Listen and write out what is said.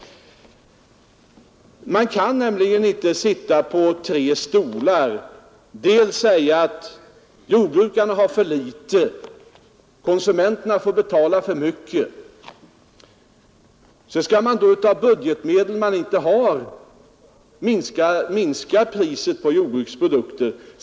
Man kan nämligen inte sitta på tre stolar och först säga att jordbrukarna får för litet betalt, konsumenterna får betala för mycket, och sedan skall man då av budgetmedel som man inte har minska priset på jordbruksprodukter.